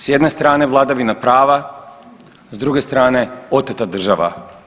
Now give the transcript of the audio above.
S jedne strane vladavina prava, s druge strane oteta država.